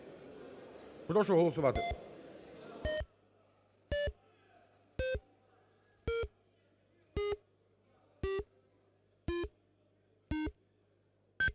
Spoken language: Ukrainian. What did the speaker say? Прошу голосувати.